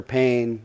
pain